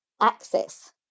access